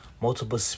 multiple